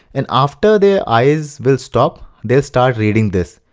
and after their eyes will stop, they'll start reading this.